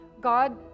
God